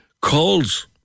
calls